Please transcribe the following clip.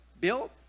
built